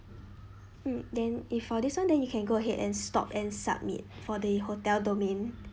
mm then if for this [one] then you can go ahead and stop and submit for the hotel domain